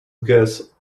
guest